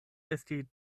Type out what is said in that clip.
esti